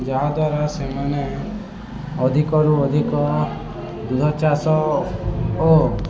ଯାହାଦ୍ୱାରା ସେମାନେ ଅଧିକରୁ ଅଧିକ ଦୁଧ ଚାଷ ଓ